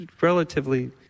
relatively